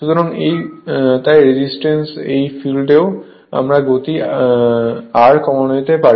সুতরাং তাই রেজিস্ট্যান্স এই ফিল্ডেও আর্মেচারের গতি R কমানো যেতে পারে